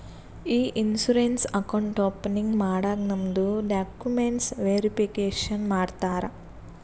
E insurance account opening ಮಾಡಾಗ್ ನಮ್ದು documents verification ಮಾಡ್ತಾರ